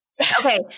Okay